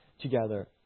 together